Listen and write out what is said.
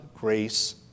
grace